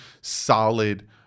solid